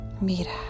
Mira